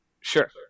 Sure